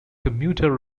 commuter